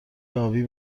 ابی